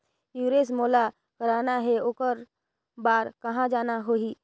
Insurance मोला कराना हे ओकर बार कहा जाना होही?